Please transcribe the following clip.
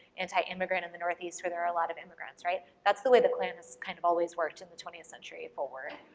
anti-immigrant in the northeast where there are a lot of immigrants, right? that's the way the klan has kind of always worked in the twentieth century forward.